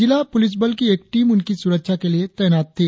जिला पुलिस बल की एक टीम इनकी सुरक्षा के लिए तैनात थी